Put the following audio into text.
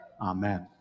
Amen